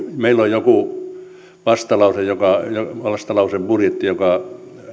meillä on joku vastalausebudjetti joka